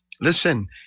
listen